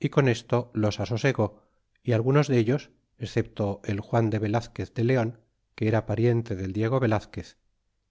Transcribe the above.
y con esto los asosegó á algunos dellos excepto al juan de velazquez de leon que era pariente del diego velazquez